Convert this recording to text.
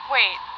Wait